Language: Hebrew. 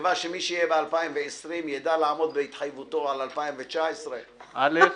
ובתקווה שמי שיהיה ב-2020 יידע לעמוד בהתחייבותו על 2019. א',